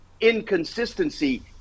inconsistency